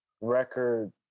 record